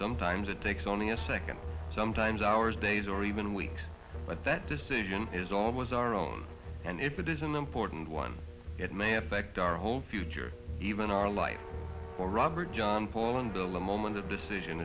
sometimes it takes only a second sometimes hours days or even weeks but that decision is always our own and if it is an important one it may affect our whole future even our life for robert john paul and bill in moment of decision